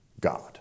God